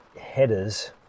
headers